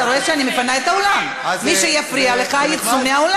אתם שאלתם שאלה, אתם רוצים תשובה?